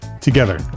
together